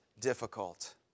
difficult